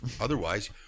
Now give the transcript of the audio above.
Otherwise